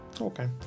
Okay